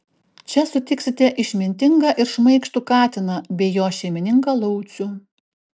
čia sutiksite išmintingą ir šmaikštų katiną bei jo šeimininką laucių